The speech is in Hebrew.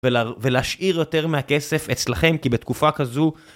ולהשאיר יותר מהכסף אצלכם, כי בתקופה כזו...